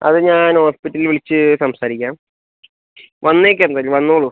അതു ഞാൻ ഹോസ്പിറ്റലിൽ വിളിച്ച് സംസാരിക്കാം വന്നേക്ക് എന്തായാലും വന്നോളൂ